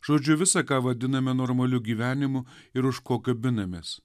žodžiu visa ką vadiname normaliu gyvenimu ir už ko kabinamės